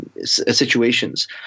situations